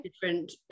different